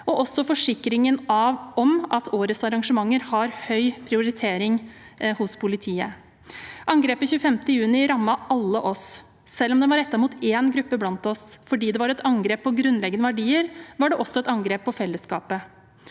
også forsikringen om at årets arrangementer har høy prioritering hos politiet. Angrepet 25. juni rammet oss alle, selv om det var rettet mot én gruppe blant oss. Fordi det var et angrep på grunnleggende verdier, var det også et angrep på fellesskapet.